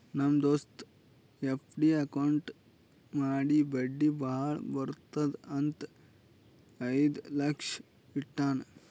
ನಮ್ ದೋಸ್ತ FD account ಮಾಡಿ ಬಡ್ಡಿ ಭಾಳ ಬರ್ತುದ್ ಅಂತ್ ಐಯ್ದ ಲಕ್ಷ ಇಟ್ಟಾನ್